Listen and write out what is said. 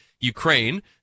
Ukraine